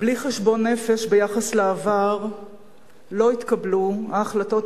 בלי חשבון נפש ביחס לעבר לא יתקבלו ההחלטות